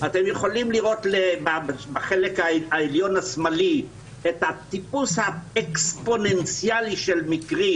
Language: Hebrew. אתם יכולים לראות בחלק העליון השמאלי את הטיפוס האקספוננציאלי של מקרים,